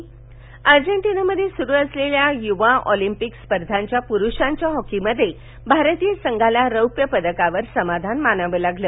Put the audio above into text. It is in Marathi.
यवा ऑलिम्पिक अजॅन्टिनामध्ये सुरु असलेल्या युवा ऑलिम्पिक स्पर्धांच्या पुरुषांच्या हॉकीमध्ये भारतीय संघाला शैप्य पदकावर समाधान मानावं लागलं